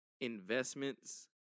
investments